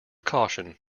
caution